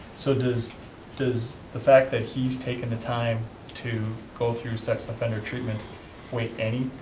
so does does the fact that he's taken the time to go through sex offender treatment weigh any